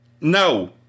No